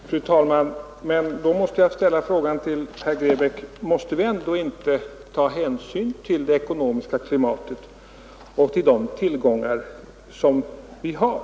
Fru talman! Får jag ställa en fråga till herr Grebäck: Måste vi inte ändå ta hänsyn till det ekonomiska klimatet och till de tillgångar vi har?